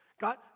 God